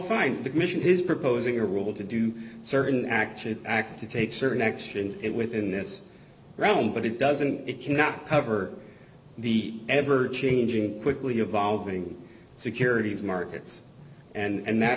fine the commission is proposing a rule to do certain actions act to take certain actions it within this realm but it doesn't it cannot cover the ever changing quickly evolving securities markets and